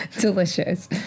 delicious